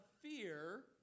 fear